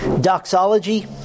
Doxology